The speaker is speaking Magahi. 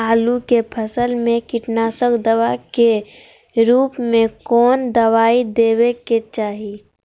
आलू के फसल में कीटनाशक दवा के रूप में कौन दवाई देवे के चाहि?